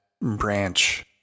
branch